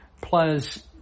players